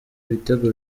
ibitego